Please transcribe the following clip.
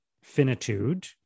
finitude